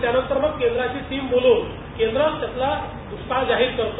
त्यानंतर मग केंद्राची टीम बोलावून केंद्र त्यातला दुष्काळ झाहिर करतो